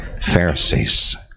Pharisees